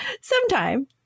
Sometime